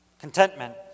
Contentment